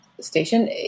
station